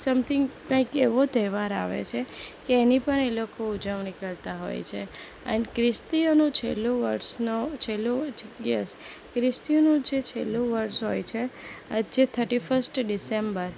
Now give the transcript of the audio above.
something કંઈક એવો તહેવાર આવે છે એની પણ એ લોકો ઉજવણી કરતા હોય છે અન ખ્રિસ્તીઓનું છેલ્લું વર્ષનું છેલ્લું જે છેલ્લું વર્ષ હોય છે જે થર્ટી ફસ્ટ ડિસેમ્બર